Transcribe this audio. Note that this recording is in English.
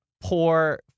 poor